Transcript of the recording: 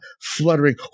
fluttering